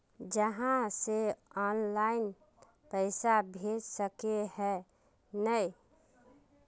आहाँ के ऑनलाइन पैसा भेज सके है नय?